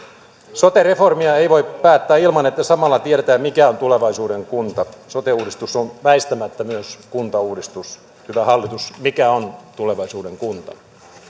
sote reformia ei voi päättää ilman että samalla tiedetään mikä on tulevaisuuden kunta sote uudistus on väistämättä myös kuntauudistus hyvä hallitus mikä on tulevaisuuden kunta